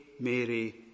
Mary